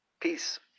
peace